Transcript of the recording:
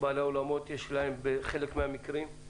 לבעלי האולמות יש בחלק מהמקרים, לא בכל המקרים,